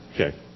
Okay